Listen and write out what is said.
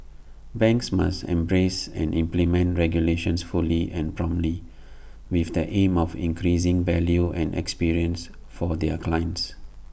banks must embrace and implement regulations fully and promptly with the aim of increasing value and experience for their clients